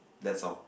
that's all